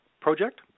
project